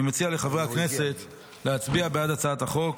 אני מציע לחברי הכנסת להצביע בעד הצעת החוק.